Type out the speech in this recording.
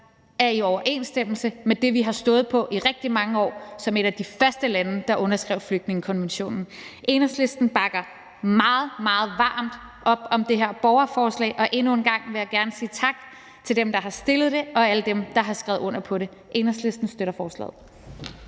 er i overensstemmelse med det, vi har stået på i rigtig mange år som et af de første lande, der underskrev flygtningekonventionen. Enhedslisten bakker meget, meget varmt op om det her borgerforslag, og endnu en gang vil jeg gerne sige tak til dem, der har stillet det, og til alle dem, der har skrevet under på det. Enhedslisten støtter forslaget.